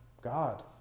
God